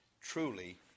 truly